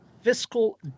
fiscal